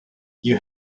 you